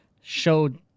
showed